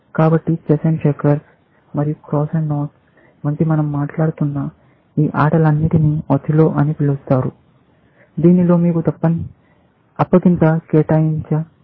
కాబట్టి chess checkers మరియు cross knots cross knots వంటి మనం మాట్లాడుతున్న ఈ ఆటలన్నింటినీ ఒథెల్లో అని పిలుస్తారు దీనిలో మీకు అప్పగింత కేటాయించ బోతున్నారు